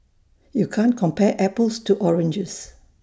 you can't compare apples to oranges